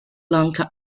lanka